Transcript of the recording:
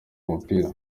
mupira